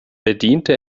bediente